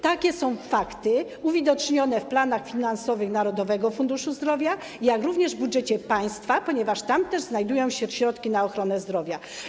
Takie są fakty uwidocznione zarówno w planach finansowych Narodowego Funduszu Zdrowia, jak również w budżecie państwa, ponieważ tam też znajdują się środki na ochronę zdrowia.